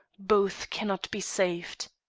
both cannot be saved.